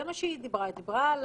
על זה היא דיברה, היא דיברה על